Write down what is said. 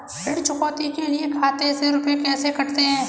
ऋण चुकौती के लिए खाते से रुपये कैसे कटते हैं?